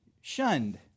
shunned